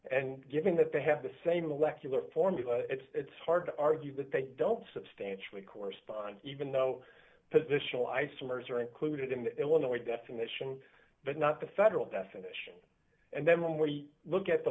and given that they have the same molecular formula it's hard to argue that they don't substantially correspond even though positional isomers are included in the illinois definition but not the federal definition and then when we look at the